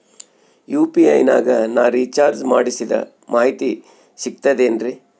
UPI ನಾಗ ನಾ recharge ಮಾಡಿಸಿದ ಮಾಹಿತಿ ಸಿಕ್ತದೆ ಏನ್ರಿ?